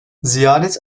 ziyaret